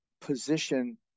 position